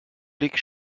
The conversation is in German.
blick